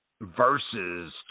versus